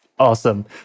Awesome